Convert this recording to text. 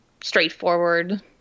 straightforward